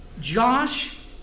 Josh